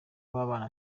w’abana